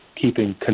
keeping